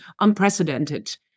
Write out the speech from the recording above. unprecedented